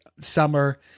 summer